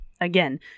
Again